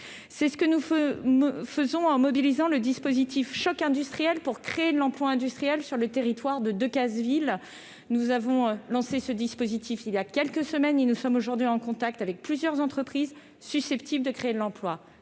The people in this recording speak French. C'est ce que nous faisons, par ailleurs, en mobilisant le dispositif Choc industriel, visant à implanter de l'emploi industriel sur le territoire de Decazeville. Nous l'avons lancé il y a quelques semaines et nous sommes aujourd'hui en contact avec plusieurs entreprises susceptibles de créer de l'emploi.